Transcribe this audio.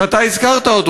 שהזכרת אותו,